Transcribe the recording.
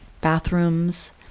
bathrooms